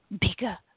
bigger